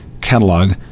catalog